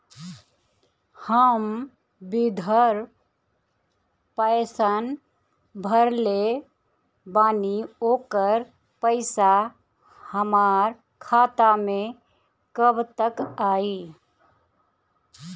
हम विर्धा पैंसैन भरले बानी ओकर पईसा हमार खाता मे कब तक आई?